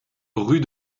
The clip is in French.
rue